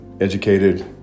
educated